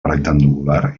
rectangular